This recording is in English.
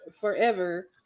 forever